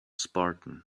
spartan